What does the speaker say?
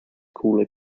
cooler